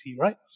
right